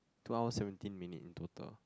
two hours seventeen minute in total